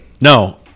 No